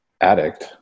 addict